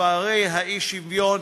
ובפערי האי-שוויון.